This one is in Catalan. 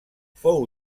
fou